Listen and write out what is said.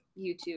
youtube